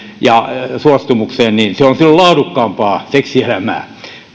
ja suostumukseen se on silloin laadukkaampaa seksielämää